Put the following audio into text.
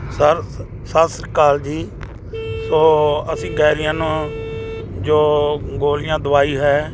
sir Sat Sri Akal ਜੀ so ਅਸੀਂ ਗੈਰੀਅਨ ਜੋ ਗੋਲੀਆਂ ਦਵਾਈ ਹੈ